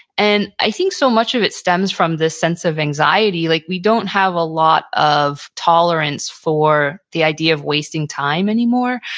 and i think so much of it stems from this sense of anxiety. like we don't have a lot of tolerance for the idea of wasting time anymore.